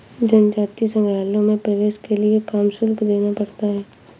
जनजातीय संग्रहालयों में प्रवेश के लिए काम शुल्क देना पड़ता है